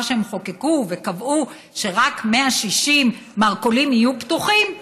שחוקקו וקבעו שרק 160 מרכולים יהיו פתוחים,